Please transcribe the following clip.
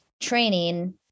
training